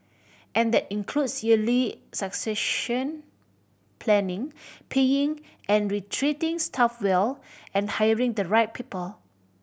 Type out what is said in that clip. and that includes early succession planning paying and retreating staff well and hiring the right people